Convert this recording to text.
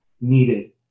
needed